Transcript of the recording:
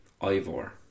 Ivor